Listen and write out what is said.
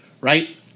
right